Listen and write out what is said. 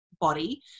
body